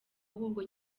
ahubwo